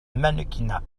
mannequinat